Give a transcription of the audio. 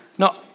No